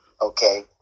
okay